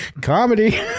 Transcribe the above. comedy